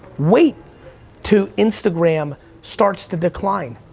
wait to instagram starts to decline.